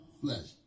flesh